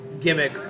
gimmick